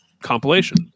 Compilation